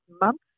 months